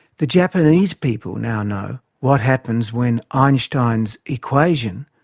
the japanese people now know what happens when einstein's equation,